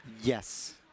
Yes